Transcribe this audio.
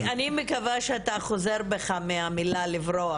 אני מקווה שאתה חוזר בך מהמילה לברוח,